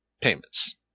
payments